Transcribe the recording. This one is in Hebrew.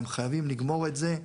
אתם חייבים לגמור את זה.